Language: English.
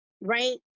right